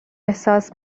احساس